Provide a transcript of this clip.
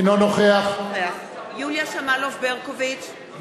אינו נוכח יוליה שמאלוב-ברקוביץ,